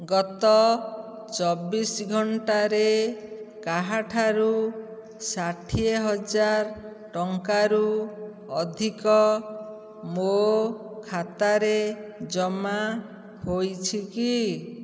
ଗତ ଚବିଶ ଘଣ୍ଟାରେ କାହାଠାରୁ ଷାଠିଏ ହଜାର ଟଙ୍କାରୁ ଅଧିକ ମୋ ଖାତାରେ ଜମା ହୋଇଛି କି